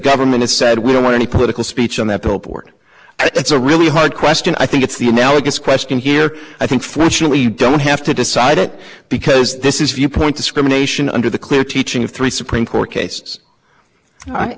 government said we don't want any political speech on that old board it's a really hard question i think it's the analogous question here i think fortunately you don't have to decide it because this is viewpoint discrimination under the clear teaching of three supreme court cases i